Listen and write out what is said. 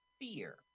fear